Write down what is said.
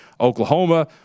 Oklahoma